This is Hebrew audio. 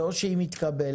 זה או שהיא מתקבלת,